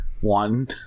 one